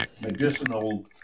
medicinal